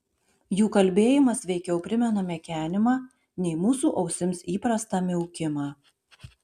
jų kalbėjimas veikiau primena mekenimą nei mūsų ausims įprastą miaukimą